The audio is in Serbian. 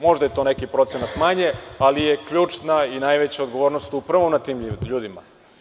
Možda je to neki procenat manje, ali je ključna i najveća odgovornost upravo na tim ljudima.